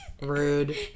Rude